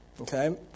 Okay